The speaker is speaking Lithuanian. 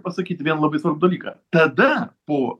pasakyt vieną labai svarbų dalyką tada po